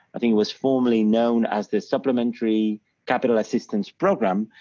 i think was formally known as the supplementary capital assistance program,